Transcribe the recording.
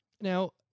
Now